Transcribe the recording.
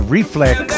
Reflex